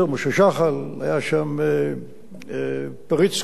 היו שם פריצקי ומודי זנדברג,